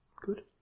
Good